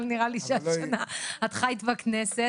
אבל נראה לי שהשנה את חיית בכנסת.